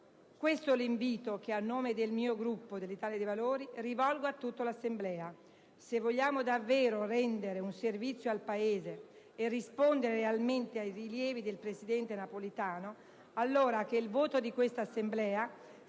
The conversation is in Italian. Questo l'invito che a nome del Gruppo Italia dei Valori rivolgo a tutta l'Assemblea: se vogliamo davvero rendere un servizio al Paese e rispondere realmente ai rilievi del presidente Napolitano, allora che il voto di questa Assemblea